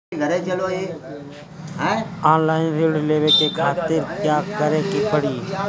Online ऋण लेवे के खातिर का करे के पड़ी?